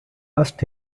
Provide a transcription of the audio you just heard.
asked